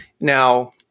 Now